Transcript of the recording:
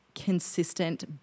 Consistent